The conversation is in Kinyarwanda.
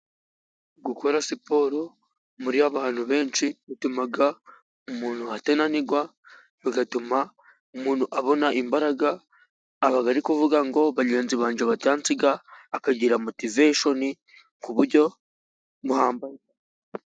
Gukora siporo muri abantu benshi bituma umuntu atananirwa bigatuma umuntu abona imbaraga, aba ari kuvuga ngo bagenzi banjye batansiga, akagira motivashoni ku buryo buhambaye.